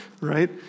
right